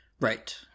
Right